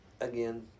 again